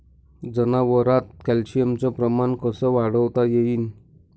जनावरात कॅल्शियमचं प्रमान कस वाढवता येईन?